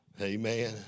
Amen